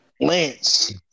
Lance